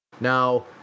Now